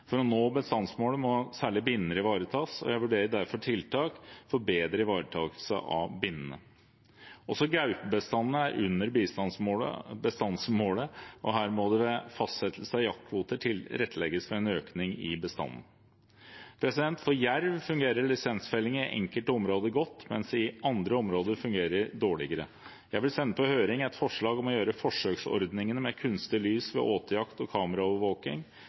For å nå bestandsmålet må særlig binner ivaretas, og jeg vurderer derfor tiltak for bedre ivaretakelse av binnene. Også gaupebestanden er under bestandsmålet, og her må det ved fastsettelse av jaktkvoter tilrettelegges for en økning i bestanden. For jerv fungerer lisensfellingen i enkelte områder godt, mens det i andre områder fungerer dårligere. Jeg vil sende på høring et forslag om å gjøre forsøksordningene med kunstig lys ved åtejakt og kameraovervåking